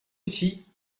ici